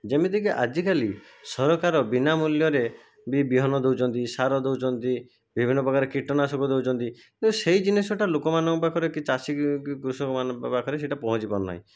ଯେମିତି କି ଆଜି କାଲି ସରକାର ବିନା ମୂଲ୍ୟରେ ବି ବିହନ ଦେଉଛନ୍ତି ସାର ଦେଉଛନ୍ତି ବିଭିନ୍ନ ପ୍ରକାର କୀଟନାଶକ ଦେଉଛନ୍ତି ଯଦି ସେଇ ଜିନିଷଟା ଲୋକମାନଙ୍କ ପାଖରେ କି ଚାଷୀ କି କୃଷକମାନଙ୍କ ପାଖରେ ସେଇଟା ପହଁଞ୍ଚି ପାରୁନାହିଁ